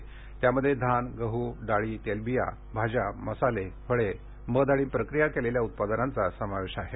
या उत्पादनांमध्ये धान गहू डाळी तेलबिया भाज्या मसाले फळे मध आणि प्रक्रिया केलेल्या उत्पादनांचा समावेश आहे